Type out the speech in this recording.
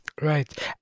Right